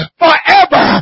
forever